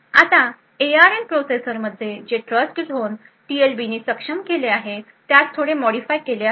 आता एआरएम प्रोसेसरमध्ये जे ट्रस्टझोन टीएलबीने सक्षम केले आहे त्यास थोडे मॉडीफाय केले आहे